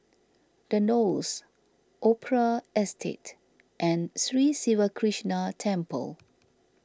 the Knolls Opera Estate and Sri Siva Krishna Temple